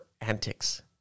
antics